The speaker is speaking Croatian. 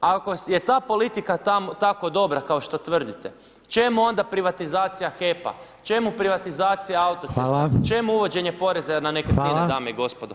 Ako je ta politika tako dobra kao što tvrdite, čemu onda privatizacija HEP-a, čemu privatizacija autocesta, čemu uvođenje poreza na nekretnine dame i gospodo?